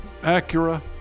Acura